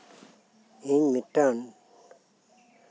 ᱤᱧ ᱢᱤᱫᱴᱟᱱ